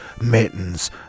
Mittens